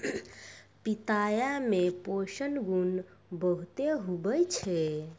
पिताया मे पोषण गुण बहुते हुवै छै